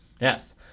Yes